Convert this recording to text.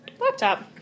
laptop